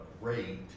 rate